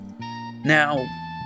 Now